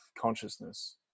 consciousness